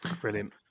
brilliant